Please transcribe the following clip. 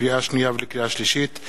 לקריאה שנייה ולקריאה שלישית: